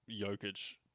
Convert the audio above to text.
Jokic